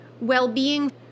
well-being